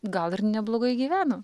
gal ir neblogai gyvena